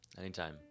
Anytime